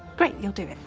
great, you'll do it,